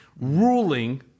Ruling